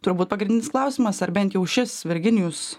turbūt pagrindinis klausimas ar bent jau šis virginijus